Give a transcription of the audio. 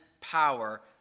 power